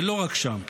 ולא רק שם: